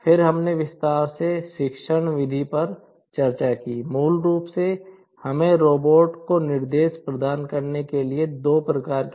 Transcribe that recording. फिर हमने विस्तार से शिक्षण विधियों पर चर्चा की